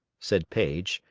said paige,